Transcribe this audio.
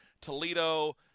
Toledo